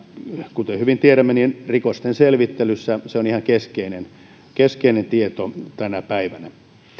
kuten hyvin tiedämme rikosten selvittelyssä se on ihan keskeinen keskeinen tieto tänä päivänä